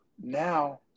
now